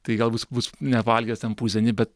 tai galbūt bus nepavalgęs ten pusdienį bet